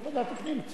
ועדת הפנים.